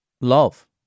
love